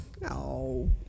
No